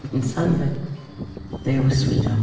but and suddenly there was sweet um